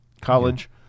college